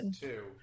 two